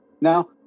Now